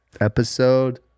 Episode